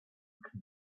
can